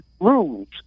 rules